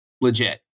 legit